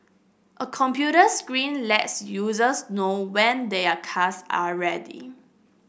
a computer screen lets users know when their cars are ready